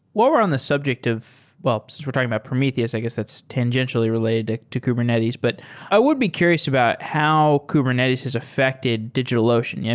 while we're on the subject of well, because we're talking about prometheus, i guess that's tangentially related to kubernetes. but i would be curious about how kubernetes has affected digitalocean. yeah